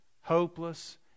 hopeless